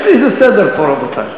יש לי איזה סדר פה, רבותי.